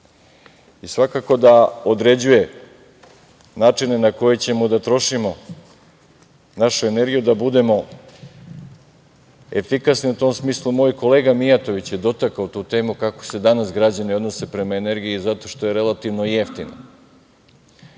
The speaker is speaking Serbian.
i svakako da određuje načina na koje ćemo da trošimo našu energiju, da budemo efikasni u tom smislu. Moj kolega, Mijatović, je dotakao tu temu, kako se danas građani odnose prema energiji zato što je relativno jeftina,